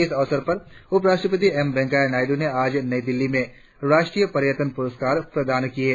इस अवसर पर उपराष्ट्रपति एम वेंकैया नायड्र ने आज नई दिल्ली में राष्ट्रीय पर्यटन पुरस्कार प्रदान किये